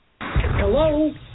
Hello